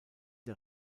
der